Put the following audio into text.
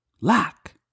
lack